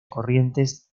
corrientes